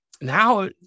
Now